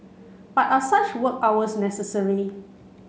but are such work hours necessary